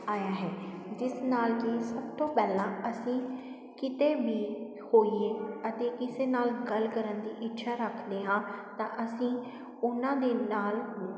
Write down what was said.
ਆਇਆ ਹੈ ਜਿਸ ਨਾਲ਼ ਕਿ ਸਭ ਤੋਂ ਪਹਿਲਾਂ ਅਸੀਂ ਕਿਤੇ ਵੀ ਹੋਈਏ ਅਤੇ ਕਿਸੇ ਨਾਲ਼ ਗੱਲ ਕਰਨ ਦੀ ਇੱਛਾ ਰੱਖਦੇ ਹਾਂ ਤਾਂ ਅਸੀਂ ਉਨ੍ਹਾਂ ਦੇ ਨਾਲ਼